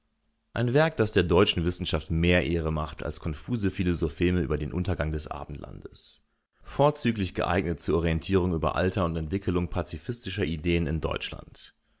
ein werk das der deutschen wissenschaft mehr ehre macht als konfuse philosopheme über den untergang des abendlandes vorzüglich geeignet zur orientierung über alter und entwickelung pazifistischer ideen in deutschland